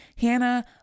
Hannah